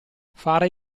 fare